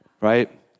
Right